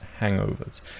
hangovers